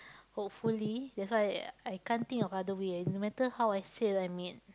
hopefully that's why I can't think of other way no matter how I sale I need